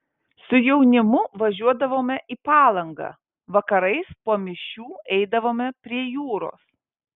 su jaunimu važiuodavome į palangą vakarais po mišių eidavome prie jūros